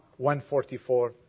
144